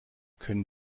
können